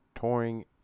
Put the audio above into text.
touring